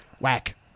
Whack